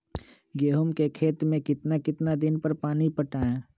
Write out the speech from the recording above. गेंहू के खेत मे कितना कितना दिन पर पानी पटाये?